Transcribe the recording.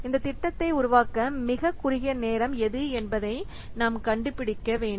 இந்த திட்டத்தை உருவாக்க மிகக் குறுகிய நேரம் எது என்பதை நாம் கண்டுபிடிக்க வேண்டும்